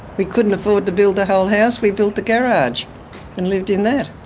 we couldn't afford to build a whole house, we built the garage and lived in that.